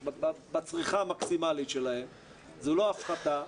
בצריכה המקסימלית שלהם אבל זאת לא הפחתה.